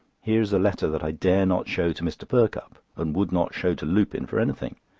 here is a letter that i dare not show to mr. perkupp, and would not show to lupin for anything.